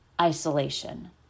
isolation